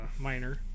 minor